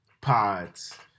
pods